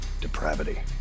depravity